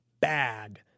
bad